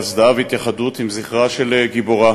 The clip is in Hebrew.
בהצדעה והתייחדות עם זכרה של גיבורה,